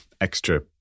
extra